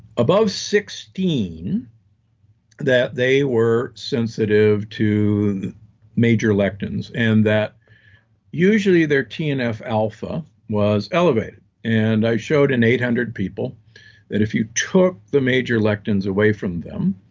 above sixteen that they were sensitive to major lectins. and that usually their tnf alpha was elevated. and i showed in eight hundred people that if you took the major lectins away from them,